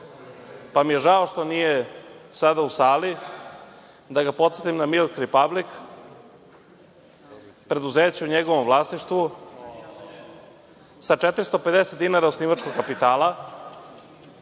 pa mi je žao što sada nije u sali, pa da ga podsetim na „Milk repablik“, preduzeće u njegovom vlasništvu, sa 450 dinara osnivačkog kapitala